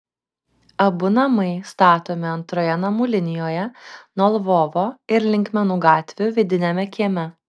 abu namai statomi antroje namų linijoje nuo lvovo ir linkmenų gatvių vidiniame kieme